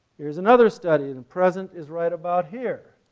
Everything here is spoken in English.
here's another study the present is right about here.